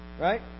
Right